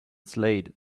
slade